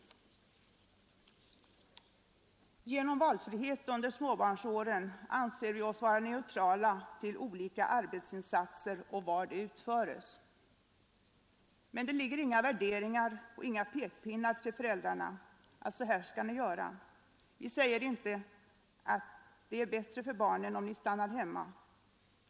Genom att föreslå valfrihet för föräldrarna när barnen är små anser vi oss vara neutrala till olika arbetsinsatser och var de utföres. Men däri ligger inga värderingar och inga pekpinnar till föräldrarna att så här skall ni göra! Vi säger inte: Det är bättre för barnen om ni stannar hemma.